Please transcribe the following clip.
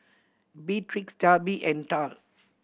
Beatrix Darby and Tal